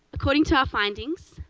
according to our findings,